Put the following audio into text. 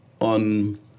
on